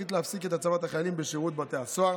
החליט להפסיק את הצבת החיילים בשירות בתי הסוהר